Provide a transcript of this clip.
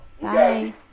Bye